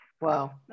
Wow